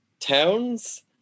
towns